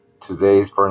today's